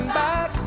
back